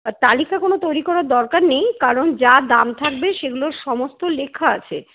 তালিকা কোনও তৈরি করার দরকার নেই কারণ যা দাম থাকবে সেগুলো সমস্ত লেখা আছে